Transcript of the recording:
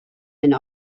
and